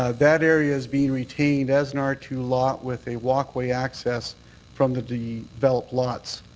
ah that area is being retained as an r two lot with a walkway access from the the developed lots